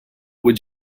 would